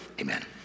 Amen